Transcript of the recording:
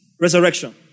resurrection